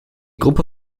gruppe